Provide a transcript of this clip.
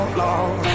long